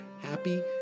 happy